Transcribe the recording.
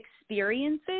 experiences